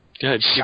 Good